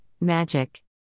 Magic